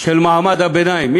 של מעמד הביניים באותה הפגנה.